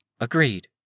Agreed